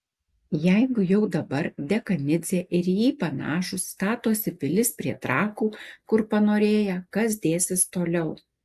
jeigu jau dabar dekanidzė ir į jį panašūs statosi pilis prie trakų kur panorėję kas dėsis toliau